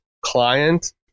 client